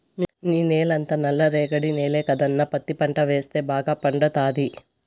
నీ నేలంతా నల్ల రేగడి నేల కదన్నా పత్తి పంట వేస్తే బాగా పండతాది